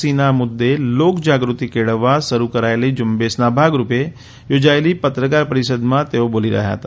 સીના મુદ્દે લોકજાગૃતિ કેળવવા શરૂ કરાયેલી ઝુંબેશના ભાગરૂપે યોજાયેલી પત્રકાર પરિષદમાં તેઓ બોલી રહ્યા હતા